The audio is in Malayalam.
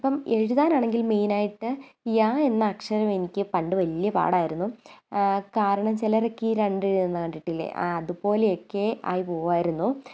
ഇപ്പം എഴുതാനാണെങ്കിൽ മെയിനായിട്ട് യാ എന്ന അക്ഷരം എനിക്ക് പണ്ട് വലിയ പാടായിരുന്നു കാരണം ചിലരൊക്കെ ഈ രണ്ടെഴുതുന്നത് കണ്ടിട്ടില്ലേ ആ അതുപോലെയൊക്കെ ആയി പോകുമായിരുന്നു